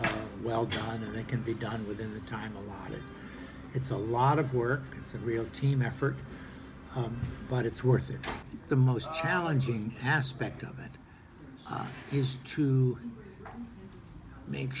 are well john and they can be done within the time allotted it's a lot of work it's a real team effort but it's worth it the most challenging aspect of it is to make